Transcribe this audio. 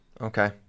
Okay